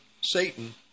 Satan